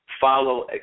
follow